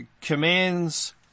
commands